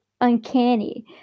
uncanny